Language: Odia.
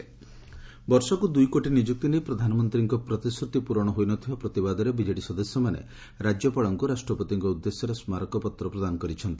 ସ୍ମାରକପତ୍ର ପ୍ରଦାନ ବର୍ଷକୁ ଦୁଇ କୋଟି ନିଯୁକ୍କି ନେଇ ପ୍ରଧାନମନ୍ତୀଙ୍କ ପ୍ରତିଶ୍ରତି ପୁରଣ ହୋଇନଥିବା ପ୍ରତିବାଦରେ ବିଜେଡ଼ି ସଦସ୍ୟମାନେ ରାକ୍ୟପାଳଙ୍କୁ ରାଷ୍ଟ୍ରପତିଙ୍କ ଖଦ୍ଦେଶ୍ୟରେ ସ୍କାରକପତ୍ର ପ୍ରଦାନ କରିଛନ୍ତି